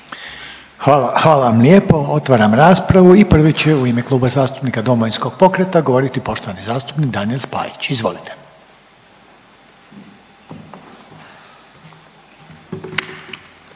hvala vam lijepo. Otvaram raspravu i prvi će u ime Kluba zastupnika Domovinskog pokreta govoriti poštovani zastupnik Daniel Spajić. Izvolite.